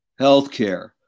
healthcare